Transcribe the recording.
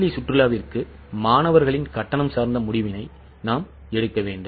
பள்ளி சுற்றுலாவிற்கு மாணவர்களின் கட்டணம் சார்ந்த முடிவினை நாம் எடுக்க வேண்டும்